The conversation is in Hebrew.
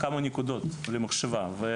כמה נקודות למחשבה.